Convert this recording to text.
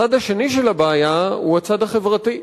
הצד השני של הבעיה הוא הצד החברתי,